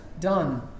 Done